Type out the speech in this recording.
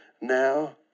now